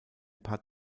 paar